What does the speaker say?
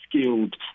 skilled